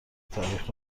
تاریخ